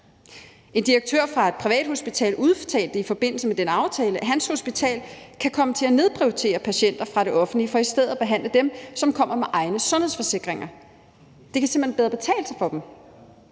En direktør fra et privathospital udtalte i forbindelse med den aftale, at hans hospital kan komme til at nedprioritere patienter fra det offentlige for i stedet at behandle dem, som kommer med egne sundhedsforsikringer. Det kan simpelt hen bedre betale sig for dem.